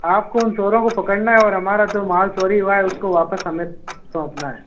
आपको उन चोरों को पकड़ना है और हमारा जो माल चोरी हुआ है उसको वापस हमें सौंपना है